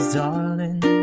darling